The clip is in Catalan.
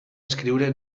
escriure